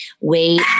wait